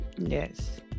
Yes